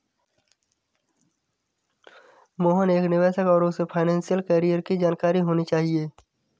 मोहन एक निवेशक है और उसे फाइनेशियल कैरियर की जानकारी होनी चाहिए